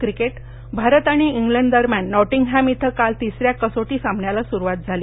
cricket Bharat आणि England दरम्यान Nottingham इथं काल तिसऱ्या कसोटी सामन्याला सुरूवात झाली